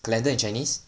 calendar in chinese